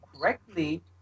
correctly